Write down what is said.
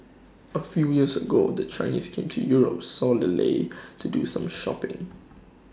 A few years ago the Chinese came to Europe solely to do some shopping